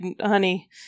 honey